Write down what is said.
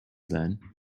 then